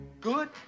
Good